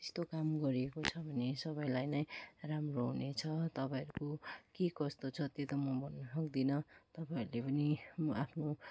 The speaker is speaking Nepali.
त्यस्तो काम गरिएको छ भने सबैलाई नै राम्रो हुनेछ तपाईँहरूको के कस्तो छ त्यो त म भन्न सक्दिनँ तपाईँहरूले पनि आफ्नो